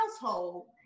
household